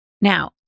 Now